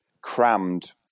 crammed